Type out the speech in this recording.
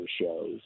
shows